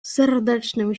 serdecznym